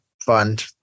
fund